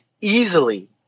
easily